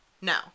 No